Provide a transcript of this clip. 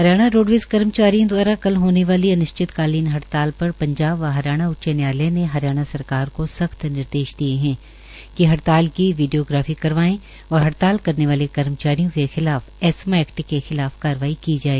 Haryana roadways कर्मचारियों द्वारा कल होने वाली अनिश्चितकालीन हड़ताल पर पंजाब व हरियाणा उच्च न्यायालय ने हरियाणा सरकार को सख्त निर्देश दिये है कि हड़ताल की वीडियोग्राफी करवाए व हड़ताल करने वाले कर्मचारियों के खिलाफ एस्मा एकट के खिलाफ कारवाई की जाए